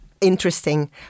interesting